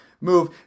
move